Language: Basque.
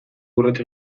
urrats